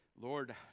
Lord